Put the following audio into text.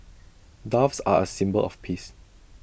doves are A symbol of peace